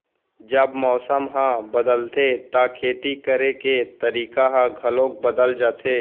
जब मौसम ह बदलथे त खेती करे के तरीका ह घलो बदल जथे?